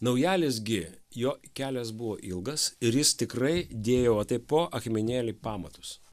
naujalis gi jo kelias buvo ilgas ir jis tikrai dėjo va taip po akmenėlį pamatus